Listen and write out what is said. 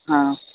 हा